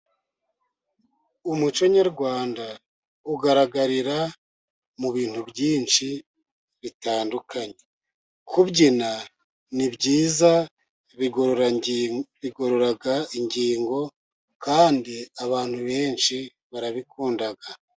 Umuco nyarwanda, ugaragarira mu bintu byinshi bitandukanye, kubyina ni byiza bigorora ingingo kandi abantu benshi barabikunda.